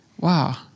Wow